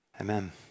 Amen